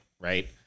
right